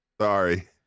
Sorry